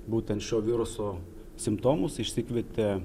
būtent šio viruso simptomus išsikvietė